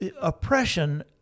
oppression